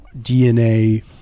DNA